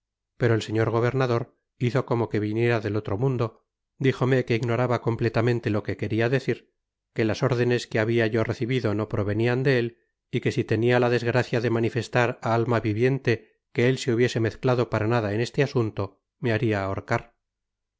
pero el señor gobernador hizo como que viniera del otro mundo dijome que ignoraba completamente lo que queria decir que las órdenes que habia yo recibido no provenian de él y que si tenia la desgracia de manifestar á alma viviente que él se hubiese mezclado para nada en este asunto me baria ahorcar